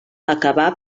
acabà